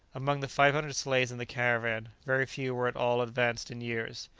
among the five hundred slaves in the caravan, very few were at all advanced in years.